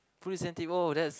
Police and Thief oh that's